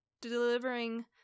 delivering